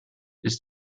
ist